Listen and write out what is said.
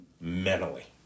mentally